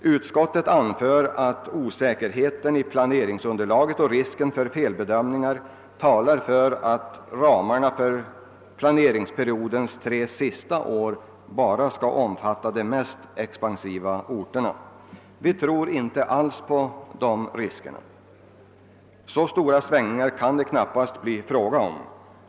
Utskottet anför att osäkerheten i planeringsunderlaget och risken för felbedömningar talar för att ramarna för planeringsperiodens tre sista år bara skall omfatta de mest expansiva orterna. Vi tror inte alls på dessa risker. Så stora svängningar kan det knappast bli fråga om.